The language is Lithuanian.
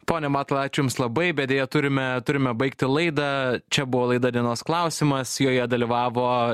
pone matulai ačiū jums labai bet deja turime turime baigti laidą čia buvo laida dienos klausimas joje dalyvavo